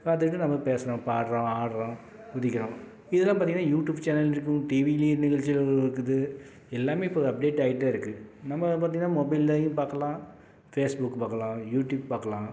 கற்றுக்கிட்டு நம்ம பேசுறோம் பாடுறோம் ஆடுறோம் குதிக்கிறோம் இதெலாம் பார்த்திங்கனா யூடியூப் சேனல்லையும் இருக்கும் டிவி நிகழ்ச்சில இருக்குது எல்லாமே இப்போ அப்டேட் ஆயிட்டே இருக்கு நம்ம பார்த்திங்கனா மொபைல்லையும் பார்க்கலாம் ஃபேஸ்புக் பார்க்கலாம் யூடியூப் பார்க்கலாம்